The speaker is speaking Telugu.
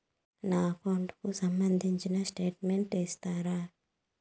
నా అకౌంట్ కు సంబంధించిన స్టేట్మెంట్స్ ఇస్తారా